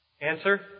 Answer